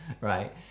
right